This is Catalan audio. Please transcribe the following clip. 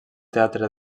teatre